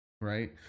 right